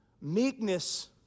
Meekness